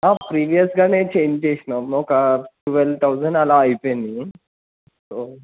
ప్రీవియస్గానే change చేసాము ఒక twelve thousand అలా అయిపోయింది సో